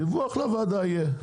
דיווח לוועדה יהיה.